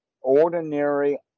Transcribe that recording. ordinary